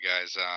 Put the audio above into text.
guys